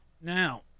Now